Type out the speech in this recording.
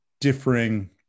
differing